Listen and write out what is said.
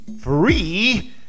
Free